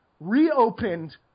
reopened